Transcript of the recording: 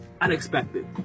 unexpected